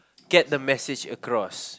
get the message across